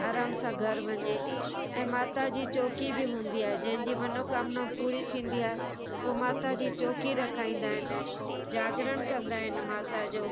आराम सां घर वञे ऐं माता जी चौकी बि हूंदी आहे जंहिंजी मनोकामना पूरी थींदी आहे उहा माता जी चौकी रखाईंदा आहिनि जागरण कंदा आहिनि माता जो